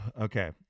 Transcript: Okay